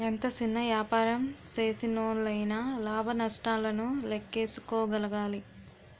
ఎంత సిన్న యాపారం సేసినోల్లయినా లాభ నష్టాలను లేక్కేసుకోగలగాలి